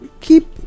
keep